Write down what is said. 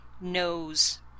knows